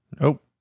Nope